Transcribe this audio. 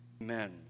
Amen